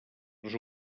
les